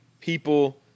people